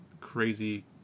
Crazy